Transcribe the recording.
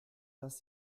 das